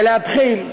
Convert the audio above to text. ולהתחיל.